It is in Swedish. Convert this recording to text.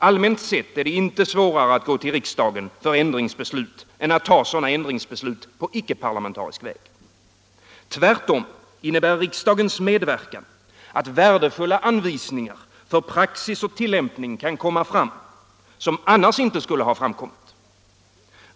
Allmänt sett är det inte svårare att gå till riksdagen för ändringsbeslut än att ta sådana ändringsbeslut på icke-parlamentarisk väg. Tvärtom innebär riksdagens medverkan att värdefulla anvisningar för praxis och tillämpning kan komma fram, vilka annars inte skulle ha framkommit.